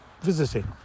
visiting